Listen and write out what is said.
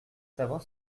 savoir